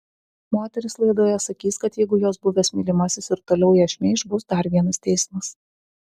moteris laidoje sakys kad jeigu jos buvęs mylimasis ir toliau ją šmeiš bus dar vienas teismas